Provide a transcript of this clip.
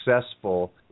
successful